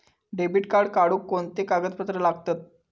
Debit card काढुक कोणते कागदपत्र लागतत?